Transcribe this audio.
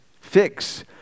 Fix